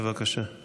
בבקשה.